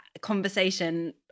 conversation